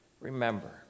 remember